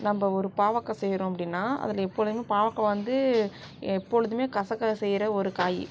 நம்ம ஒரு பாவக்காய் செய்கிறோம் அப்படின்னா அதில் எப்பொழுதும் பாவக்காய் வந்து எப்பொழுதுமே கசக்க செய்யுற ஒரு காய்